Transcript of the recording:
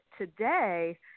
today